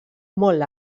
molt